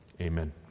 amen